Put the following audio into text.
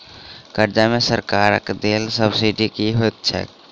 कर्जा मे सरकारक देल सब्सिडी की होइत छैक?